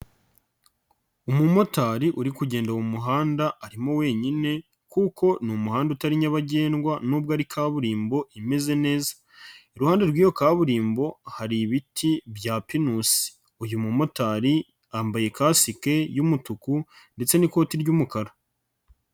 Umumotari uri kugenda mu muhanda arimo wenyine kuko ni umuhanda utari nyabagendwa nubwo ari kaburimbo imeze neza. Iruhande rw'iyo kaburimbo hari ibiti bya pinusi. Uyu mumotari yambaye kasike y'umutuku ndetse n'ikoti ry'umukara.